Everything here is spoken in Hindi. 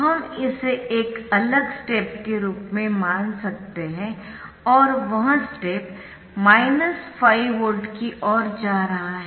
तो हम इसे एक अलग स्टेप के रूप में मान सकते है और वह स्टेप माइनस 5 वोल्ट की ओर जा रहा है